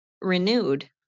renewed